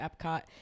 Epcot